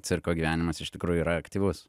cirko gyvenimas iš tikrųjų yra aktyvus